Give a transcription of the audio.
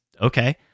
okay